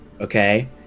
Okay